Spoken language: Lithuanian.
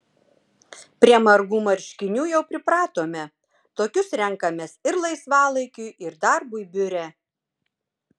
prie margų marškinių jau pripratome tokius renkamės ir laisvalaikiui ir darbui biure